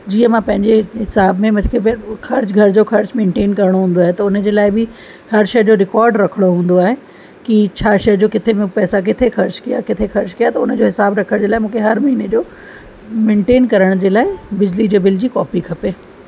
जीअं मां पंहिंजे हिसाब में मूंखे फिर उहो ख़र्च घर जो ख़र्च मेंटेन करिणो हूंदो आहे त हुन जे लाइ बि हर शइ जो रिकॉर्ड रखिणो हूंदो आहे की छा शइ जो किथे मां पैसा किथे ख़र्च कयां किथे ख़र्च कयां त उन जो हिसाब रखण जे लाइ मूंखे हर महीने जो मेंटेन करण जे लाइ बिजली जे बिल जी कॉपी खपे